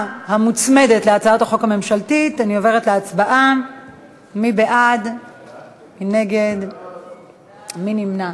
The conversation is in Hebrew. אני עוברת להצבעה נוספת, ועדה לביקורת המדינה.